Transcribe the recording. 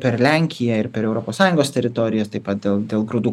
per lenkiją ir per europos sąjungos teritoriją ir taip pat dėl dėl grūdų